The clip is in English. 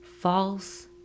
false